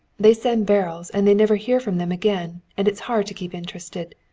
they send barrels, and they never hear from them again, and it's hard to keep interested.